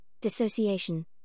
dissociation